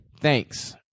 Thanks